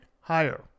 higher